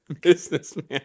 Businessman